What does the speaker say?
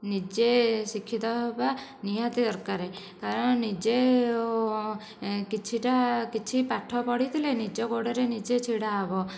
ନିଜେ ଶିକ୍ଷିତ ହେବା ନିହାତି ଦରକାର କାରଣ ନିଜେ କିଛିଟା କିଛି ପାଠ ପଢ଼ିଥିଲେ ନିଜ ଗୋଡ଼ରେ ନିଜେ ଛିଡ଼ା ହେବ